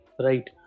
right